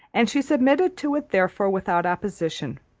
and she submitted to it therefore without opposition,